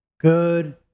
good